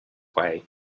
way